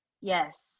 Yes